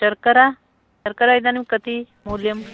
शर्करा शर्करा इदानीं कति मूल्यम्